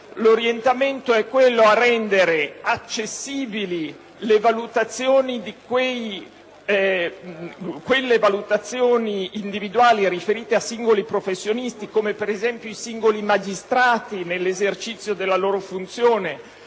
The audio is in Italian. l'orientamento è di rendere accessibili quelle valutazioni individuali riferite a singoli professionisti - come ad esempio i singoli magistrati nell'esercizio della loro funzione,